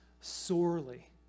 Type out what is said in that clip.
sorely